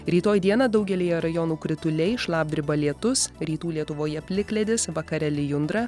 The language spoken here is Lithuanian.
rytoj dieną daugelyje rajonų krituliai šlapdriba lietus rytų lietuvoje plikledis vakare lijundra